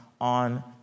on